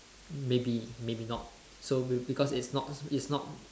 maybe maybe not so cause it's not it's not